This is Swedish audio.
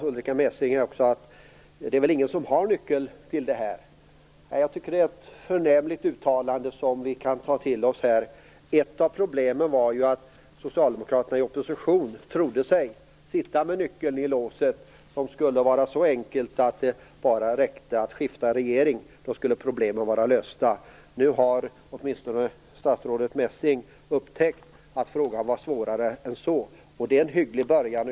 Ulrica Messing sade också att det väl inte är någon som har nyckeln till det här. Jag tycker att det är ett förnämligt uttalande som vi kan ta till oss. Ett av problemen var ju att socialdemokraterna i opposition trodde sig sitta med nyckeln i låset. Det skulle var så enkelt att om man bara skiftade regering så skulle problemen vara lösta. Nu har åtminstone statsrådet Messing upptäckt att frågan var svårare än så och det är en hygglig början.